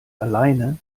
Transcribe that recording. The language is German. alleine